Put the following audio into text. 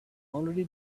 already